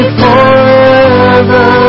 forever